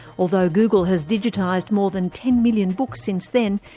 although google has digitised more than ten million books since then,